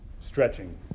stretching